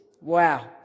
Wow